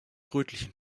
rötlichen